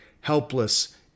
helpless